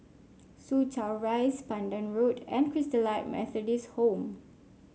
Soo Chow Rise Pandan Road and Christalite Methodist Home